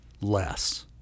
less